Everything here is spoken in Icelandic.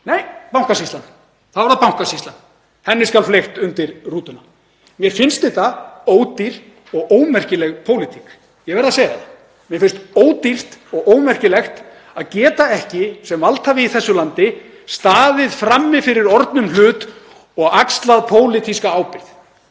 nei, Bankasýslan. Þá er það Bankasýslan, henni skal fleygt undir rútuna. Mér finnst þetta ódýr og ómerkileg pólitík. Ég verð að segja það. Mér finnst ódýrt og ómerkilegt að geta ekki sem valdhafi í þessu landi staðið frammi fyrir orðnum hlut og axlað pólitíska ábyrgð.